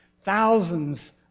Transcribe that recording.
thousands